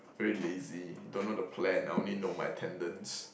very lazy don't know the plan I only know my attendance